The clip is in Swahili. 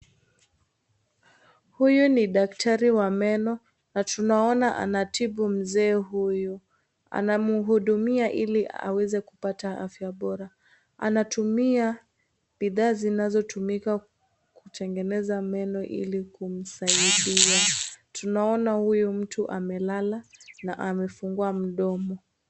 Huyu ni daktari wa meno na tunaona anatibu mzee huyu anamhudumia ili aweze kupata afya bora anatumia bidhaa zinazotumika kutengeneza meno ili kumsaidia tunaona huyu mtu amelala na amefungua mdomo.